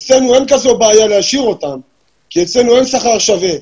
אצלנו אין כזו בעיה להשאיר אותם כי אצלנו אין שכר שווה.